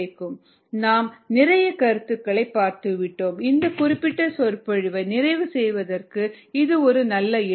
rs1YxS𝜇𝐴 𝑥mx நாம் நிறைய கருத்துக்களை பார்த்துவிட்டோம் இந்த குறிப்பிட்ட சொற்பொழிவை நிறைவு செய்வதற்கு இது ஒரு நல்ல இடம்